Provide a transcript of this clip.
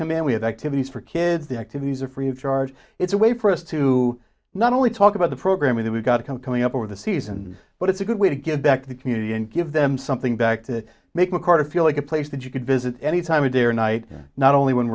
coming and we have activities for kids the activities are free of charge it's a way for us to not only talk about the program that we've got coming up over the seasons but it's a good way to give back to the community and give them something back to make mccarter feel like a place that you could visit any time of day or night not only when